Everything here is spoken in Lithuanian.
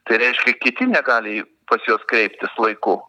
tai reiškia kiti negali pas juos kreiptis laiku